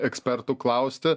ekspertų klausti